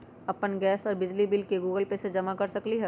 अपन गैस और बिजली के बिल गूगल पे से जमा कर सकलीहल?